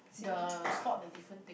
the spot the different thing